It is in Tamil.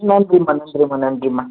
நன்றிம்மா நன்றிம்மா நன்றிம்மா